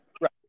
right